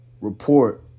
report